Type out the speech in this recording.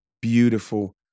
beautiful